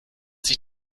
sich